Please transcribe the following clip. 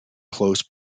close